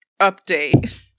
update